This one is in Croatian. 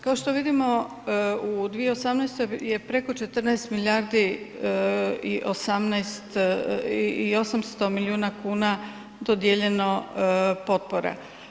Kao što vidimo u 2018. je preko 14 milijardi i 800 milijuna kuna dodijeljeno potpora.